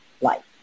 life